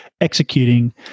executing